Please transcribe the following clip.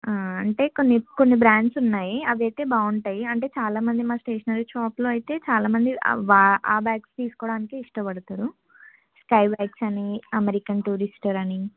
అంటే కొన్ని కొన్ని బ్రాండ్స్ ఉన్నాయి అవి అయితే బాగుంటాయి అంటే చాలామంది మా స్టేషనరీ షాపులో అయితే చాలామంది అవ్వ ఆ బ్యాగ్స్ తీసుకోవడానికి ఇష్టపడతారు స్కై బ్యాగ్స్ అని అమెరికన్ టూరిస్టర్ అని